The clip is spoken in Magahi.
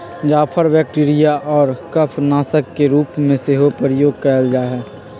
जाफर बैक्टीरिया आऽ कफ नाशक के रूप में सेहो प्रयोग कएल जाइ छइ